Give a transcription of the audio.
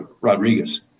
Rodriguez